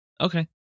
okay